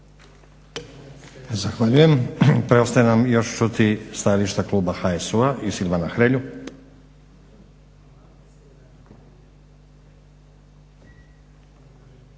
Zahvaljujem. Preostaje nam još čuti stajališta Kluba HSU-a i Silvana Hrelju.